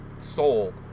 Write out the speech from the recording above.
sold